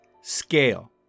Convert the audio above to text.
scale